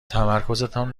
تمرکزتان